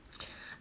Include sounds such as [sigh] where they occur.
[breath]